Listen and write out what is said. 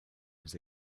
his